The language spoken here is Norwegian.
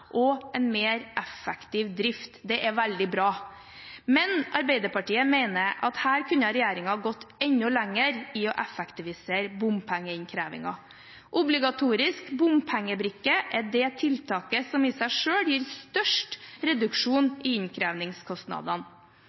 og en mer effektiv drift. Det er veldig bra. Men Arbeiderpartiet mener at her kunne regjeringen ha gått enda lenger i å effektivisere bompengeinnkrevingen. Obligatorisk bompengebrikke er det tiltaket som i seg selv gir størst reduksjon i innkrevingskostnadene.